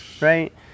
right